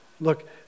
look